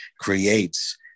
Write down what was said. creates